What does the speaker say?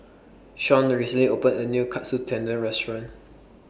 Sean recently opened A New Katsu Tendon Restaurant